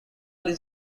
only